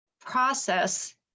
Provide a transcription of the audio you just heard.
process